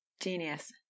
Genius